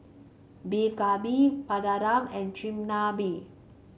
Beef Galbi Papadum and Chigenabe